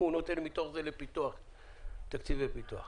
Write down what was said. והוא נותן מתוך זה תקציבי פיתוח.